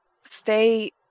stay